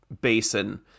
basin